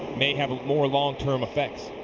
may have more long-term effect.